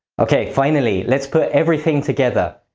okay, finally let's put everything together.